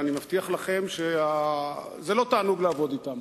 ואני מבטיח לכם שזה לא תענוג לעבוד אתם.